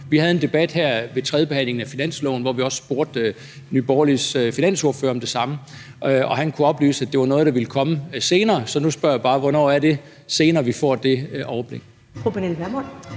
Vi havde en debat her ved tredjebehandlingen af finanslovsforslaget, hvor vi også spurgte Nye Borgerliges finansordfører om det samme, og han kunne oplyse, at det var noget, der ville komme senere. Så nu spørger jeg bare: Hvornår er det senere, vi får det overblik?